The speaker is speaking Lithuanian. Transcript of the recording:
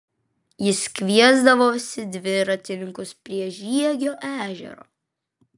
jis kviesdavosi dviratininkus prie žiegio ežero